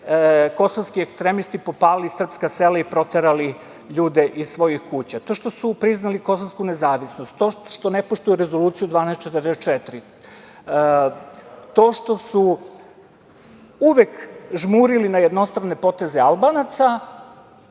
kosovski ekstremisti popalili srpska sela i proterali ljude iz svojih kuća. To što su priznali kosovsku nezavisnost, to što ne poštuju Rezoluciju 1244, to što su uvek žmurili na jednostrane poteze Albanaca